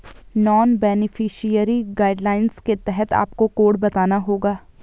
non beneficiary guidelines के तहत आपको कोड बताना होगा